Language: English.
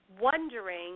wondering